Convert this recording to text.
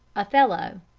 othello.